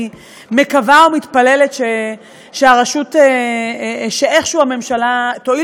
אני מקווה ומתפללת שאיכשהו הממשלה תואיל